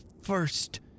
first